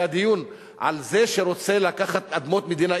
היה דיון על זה שרוצה לקחת אדמות מדינה,